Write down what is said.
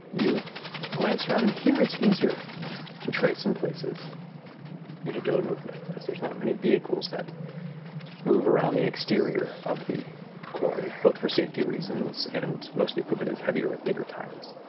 you glance around. in here, it's easier to trace in places vehicular movement, as there's not many vehicles that move around the exterior of the, both for safety reasons and most of the equipment is heavier with bigger tires.